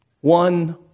one